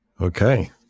Okay